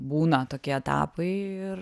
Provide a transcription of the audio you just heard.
būna tokie etapai ir